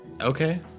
Okay